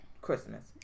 Christmas